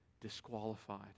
disqualified